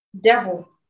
devil